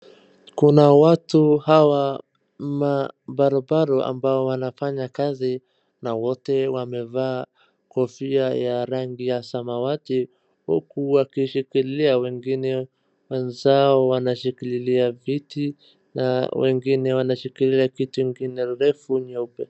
Kuna watu hawa mabarubaru ambao wanafanya kazi na wote wamevaa kofia ya rangi ya samawati. Huku wakishikilia wengine wenzao wanakishikilia viti na wengine wanashikilia kitu ingine refu nyeupe.